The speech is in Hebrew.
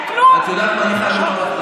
הזה, שאין בו כלום?